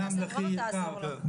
תבוא תעזור לו.